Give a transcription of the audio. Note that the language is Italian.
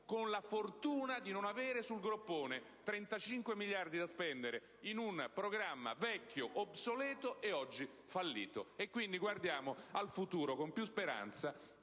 con la fortuna di non avere sul groppone 35 miliardi da spendere in un programma vecchio, obsoleto e oggi fallito. Quindi, guardiamo con più speranza